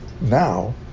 now